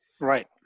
Right